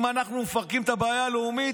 אם אנחנו מפרקים את הבעיה הלאומית,